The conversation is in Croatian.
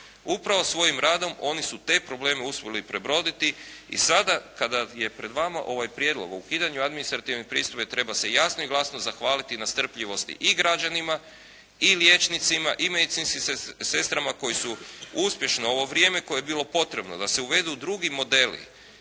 upravo svojim radom oni su te probleme uspjeli prebroditi. I sada kada je pred vama ovaj Prijedlog o ukidanju administrativne pristojbe treba se jasno i glasno zahvaliti na strpljivosti i građanima i liječnicima i medicinskim sestrama koji su uspješno ovo vrijeme koje je bilo potrebno da se uvedu drugi modeli,